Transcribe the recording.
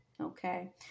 okay